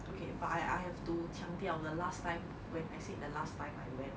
okay but I I have to 腔调 the last time when I said the last time I went